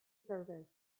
service